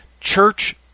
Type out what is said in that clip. church